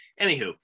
anywho